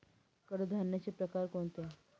कडधान्याचे प्रकार कोणते?